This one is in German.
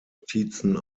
notizen